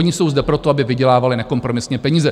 Ony jsou zde proto, aby vydělávaly nekompromisně peníze.